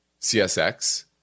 CSX